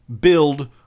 build